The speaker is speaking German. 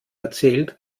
erzählt